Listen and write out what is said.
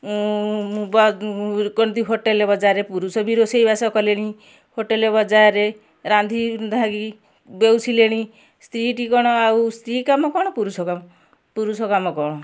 hotel ବଜାରରେ ପୁରୁଷ ବି ରୋଷେଇବାସ କଲେଣି ହୋଟେଲ୍ରେ ବଜାରରେ ରାନ୍ଧି ରୁନ୍ଧାକି ବେଉସିଲେଣି ସ୍ତ୍ରୀଟି କ'ଣ ଆଉ ସ୍ତ୍ରୀ କାମ କ'ଣ ପୁରୁଷ କାମ ପୁରୁଷ କାମ କ'ଣ